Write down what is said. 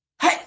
Hey